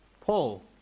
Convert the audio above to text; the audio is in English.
Paul